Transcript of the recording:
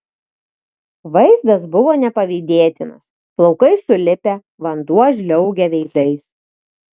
vaizdas buvo nepavydėtinas plaukai sulipę vanduo žliaugia veidais